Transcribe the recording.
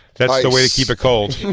that's the way to keep it cold.